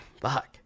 fuck